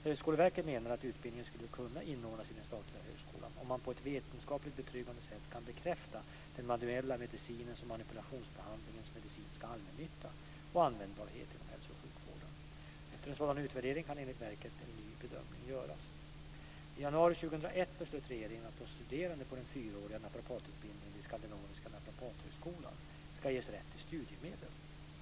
Högskoleverket menade att utbildningen skulle kunna inordnas i den statliga högskolan om man på ett vetenskapligt betryggande sätt kan bekräfta den manuella medicinens och manipulationsbehandlingens medicinska allmännytta och användbarhet inom hälso och sjukvården. Efter en sådan utvärdering kan enligt verket en ny bedömning göras. Skandinaviska Naprapathögskolan ska ges rätt till studiemedel.